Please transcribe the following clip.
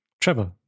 Trevor